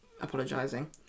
apologising